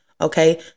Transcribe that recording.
Okay